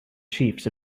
chiefs